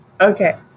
Okay